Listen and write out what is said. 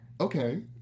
okay